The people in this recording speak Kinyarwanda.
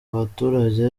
abaturage